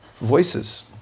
voices